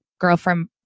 girlfriend